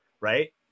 Right